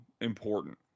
important